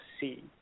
see